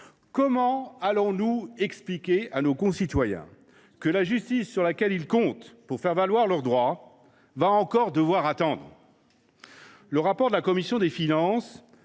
Comment allons nous expliquer à nos concitoyens que la justice, sur laquelle ils comptent pour faire valoir leurs droits, va encore devoir attendre ?